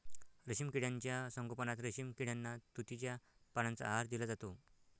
रेशीम किड्यांच्या संगोपनात रेशीम किड्यांना तुतीच्या पानांचा आहार दिला जातो